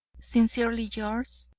sincerely yours,